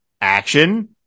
action